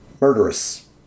murderous